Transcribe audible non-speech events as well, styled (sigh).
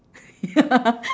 (laughs) ya